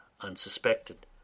unsuspected